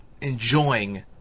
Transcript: enjoying